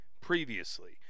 previously